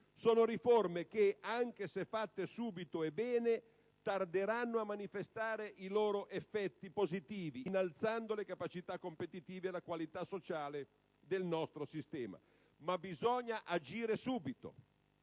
Sono riforme che, anche se fatte subito e bene, tarderanno a manifestare i loro effetti positivi in termini di innalzamento delle capacità competitive e della qualità sociale del nostro sistema, ma bisogna agire subito: